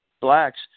blacks